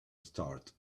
start